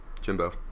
Jimbo